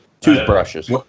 Toothbrushes